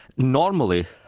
normally,